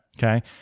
Okay